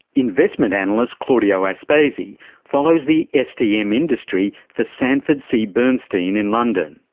investment analyst, claudio aspesi follows the stm industry for sanford c bernstein in london.